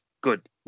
good